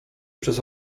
przez